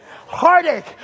heartache